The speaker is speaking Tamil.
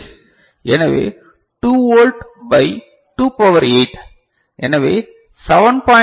எனவே 2 வோல்ட் பை 2 பவர் 8 எனவே 7